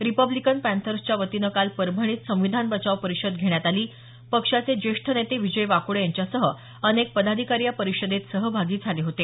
Republican पँथर्सच्या वतीनं काल परभणीत संविधान बचाव परिषद घेण्यात आली पक्षाचे ज्येष्ठ नेते विजय वाकोडे यांच्यासह अनेक पदाधिकारी या परिषदेत सहभागी झाले होते